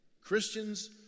Christians